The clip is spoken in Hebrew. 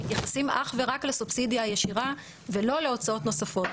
מתייחסים אך ורק לסובסידיה הישירה ולא להוצאות נוספות.